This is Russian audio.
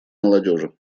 молодежи